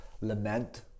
lament